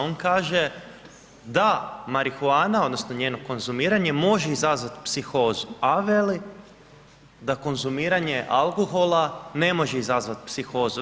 On kaže da marihuana, odnosno njeno konzumiranje može izazvati psihozu, a veli da konzumiranje alkohola ne može izazvati psihozu.